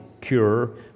cure